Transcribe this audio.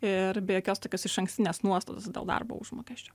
ir be jokios tokios išankstinės nuostatos dėl darbo užmokesčio